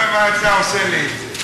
למה אתה עושה לי את זה?